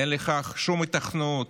אין לכך שום היתכנות,